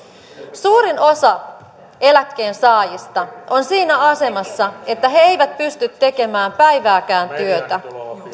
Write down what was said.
suurin osa eläkkeensaajista on siinä asemassa että he eivät pysty tekemään päivääkään työtä